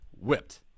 whipped